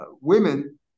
women